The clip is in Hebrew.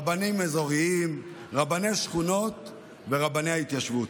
רבנים אזוריים, רבני שכונות ורבני ההתיישבות.